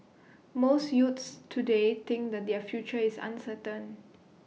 most youths today think that their future is uncertain